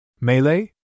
Melee